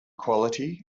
quality